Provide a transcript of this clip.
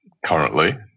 Currently